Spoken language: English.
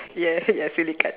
ya silly card